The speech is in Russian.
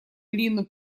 линну